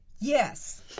Yes